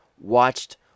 watched